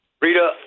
Rita